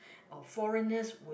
or foreigners would